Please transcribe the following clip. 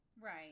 Right